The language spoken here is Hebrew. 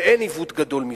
ואין עיוות גדול מזה.